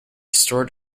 stored